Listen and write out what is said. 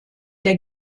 der